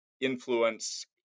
influence